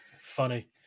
funny